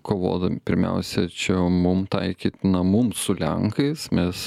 kovodami pirmiausia čia mum taikyt na mums su lenkais mes